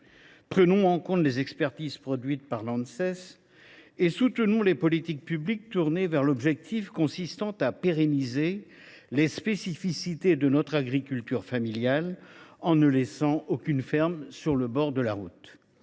prenons en compte les expertises produites par l’Anses et soutenons les politiques publiques dont l’objectif est de pérenniser les spécificités de notre agriculture familiale en ne laissant aucune ferme sur le bord de la route.